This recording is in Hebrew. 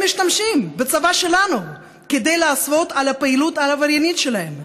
הם משתמשים בצבא שלנו כדי להסוות את הפעילות העבריינית שלהם.